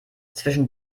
zwischen